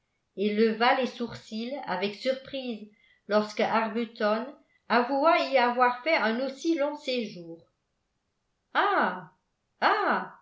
et leva les sourcils avec surprise lorsque arbuton avoua y avoir fait un aussi long séjour ah ah